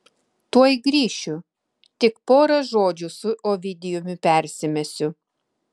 tuoj grįšiu tik pora žodžių su ovidijumi persimesiu